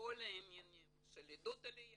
לכל העניינים של עידוד עליה